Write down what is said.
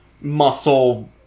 muscle